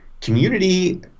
community